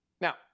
Now